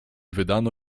wydano